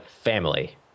family